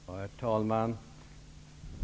Herr talman!